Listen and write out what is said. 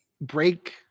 break